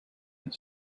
and